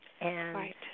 Right